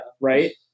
Right